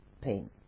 pain